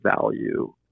value